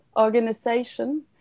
organization